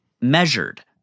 measured